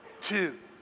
two